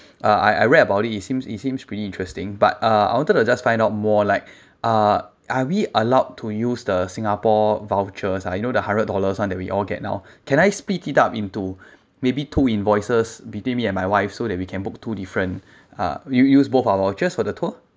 uh I I read about it it seems it seems pretty interesting but uh I wanted to just find out more like uh are we allowed to use the singapore vouchers ah you know the hundred dollars [one] that we all get now can I split it up into maybe two invoices between me and my wife so that we can book two different uh we use both our vouchers for the tour